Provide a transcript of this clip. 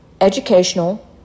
educational